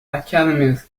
academies